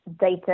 data